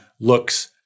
looks